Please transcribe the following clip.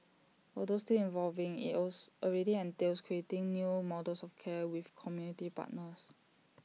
although still evolving else already entails creating new models of care with community partners